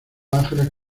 ángeles